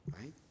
Right